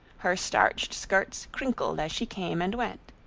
her starched skirts crinkled as she came and went.